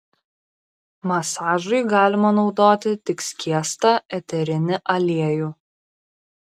masažui galima naudoti tik skiestą eterinį aliejų